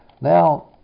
Now